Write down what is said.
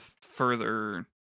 further